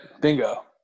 bingo